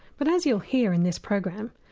but as you'll hear in this program,